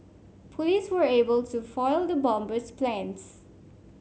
police were able to foil the bomber's plans